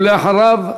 ואחריו,